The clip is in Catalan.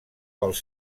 pels